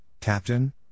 Captain